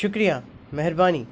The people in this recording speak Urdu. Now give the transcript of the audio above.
شکریہ مہربانی